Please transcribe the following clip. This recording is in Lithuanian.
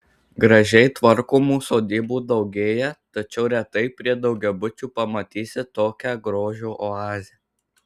gražiai tvarkomų sodybų daugėja tačiau retai prie daugiabučių pamatysi tokią grožio oazę